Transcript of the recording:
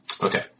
Okay